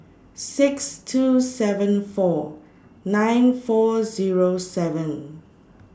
six two seven four nine four Zero seven